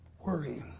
worry